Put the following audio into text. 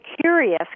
curious